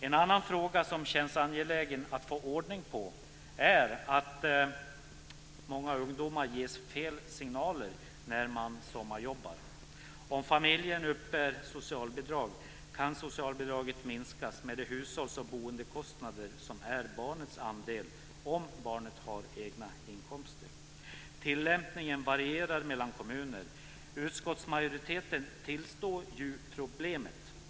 En annan fråga som känns angelägen att få ordning på är att många ungdomar ges fel signaler när de sommarjobbar. Om familjen uppbär socialbidrag kan socialbidraget minskas med de hushålls och boendekostnader som är barnets andel om barnet har egna inkomster. Tillämpningen varierar mellan kommuner. Utskottsmajoriteten tillstår problemet.